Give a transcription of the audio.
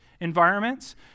environments